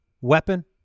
weapon